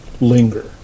linger